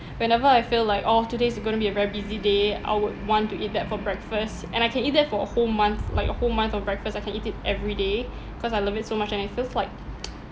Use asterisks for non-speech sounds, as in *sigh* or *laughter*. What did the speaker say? whenever I feel like oh today is going to be a very busy day I would want to eat that for breakfast and I can eat that for a whole month like a whole month of breakfast I can eat it everyday cause I love it so much and it feels like *noise*